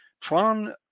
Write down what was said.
Tron